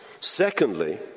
Secondly